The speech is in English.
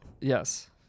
yes